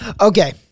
Okay